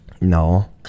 No